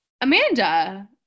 Amanda